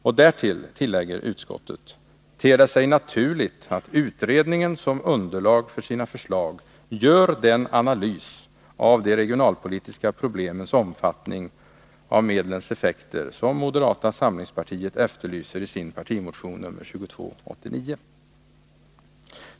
Och därtill, tillägger utskottet, ter det sig naturligt att utredningen som underlag för sina förslag gör den analys av de regionalpolitiska problemens omfattning och medlens effekter som moderata samlingspartiet efterlyser i sin partimotion nr 2289.